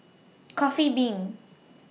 Coffee Bean